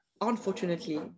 unfortunately